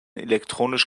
elektronisch